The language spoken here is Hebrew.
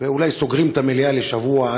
ואולי סוגרים את המליאה לשבוע,